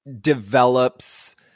develops